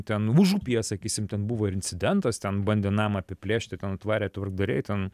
ten užupyje sakysim ten buvo ir incidentas ten bandė namą apiplėšti ten atvarė tvarkdariai ten